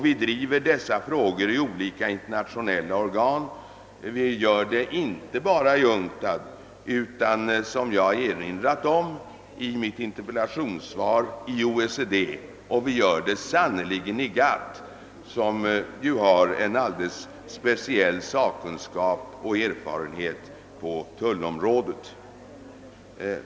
Vi driver dessa frågor i olika internationella organ, inte bara i UNC TAD utan, som jag erinrat om i mitt interpellationssvar, även i OECD och sannerligen också i GATT, som har en alldeles speciell sakkunskap och erfarenhet på tullområdet.